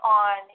on